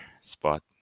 spot